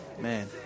man